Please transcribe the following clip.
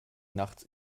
nachts